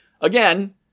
Again